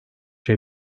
şey